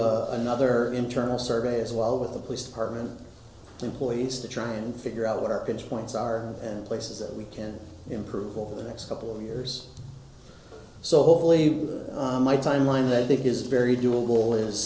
a other internal survey as well with the police department employees to try and figure out what our points are and places that we can improve over the next couple of years so hopefully my timeline that i think is very doable is